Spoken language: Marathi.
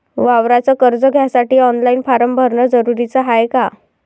वावराच कर्ज घ्यासाठी ऑनलाईन फारम भरन जरुरीच हाय का?